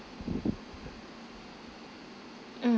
mm